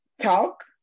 talk